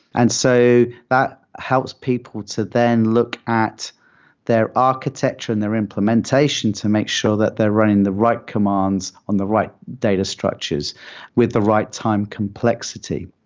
and so that helps people to then look at their architecture and their implementation to make sure that they're running the right commands on the right data structures with the right time complexity.